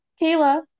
Kayla